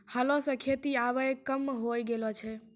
हलो सें खेती आबे कम होय गेलो छै